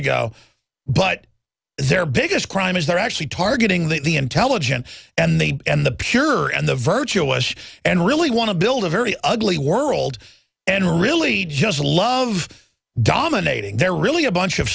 ago but their biggest crime is they're actually targeting the intelligent and the and the purer and the virtual west and really want to build a very ugly world and really just a lot of dominating they're really a bunch of